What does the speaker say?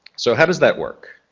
so how does that work?